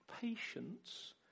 patience